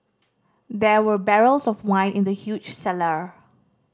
there were barrels of wine in the huge cellar